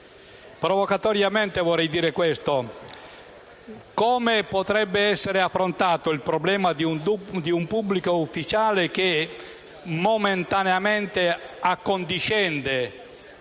Provocatoriamente chiedo: come potrebbe essere affrontato il problema legato ad un pubblico ufficiale che momentaneamente accondiscende